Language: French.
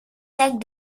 sacs